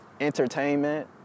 entertainment